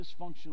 dysfunctional